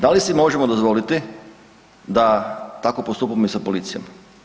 Da li si možemo dozvoliti da tako postupamo i sa policijom?